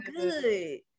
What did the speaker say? good